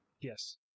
Yes